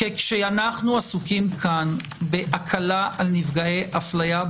כי כשאנחנו עסוקים כאן בהקלה על נפגעי אפליה,